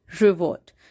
reward